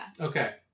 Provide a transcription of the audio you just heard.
Okay